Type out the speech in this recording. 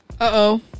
Uh-oh